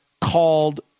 called